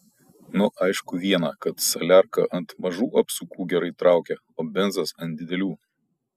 nu aišku viena kad saliarka ant mažų apsukų gerai traukia o benzas ant didelių